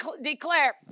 declare